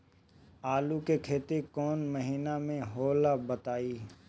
आलू के खेती कौन महीना में होला बताई?